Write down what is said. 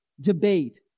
debate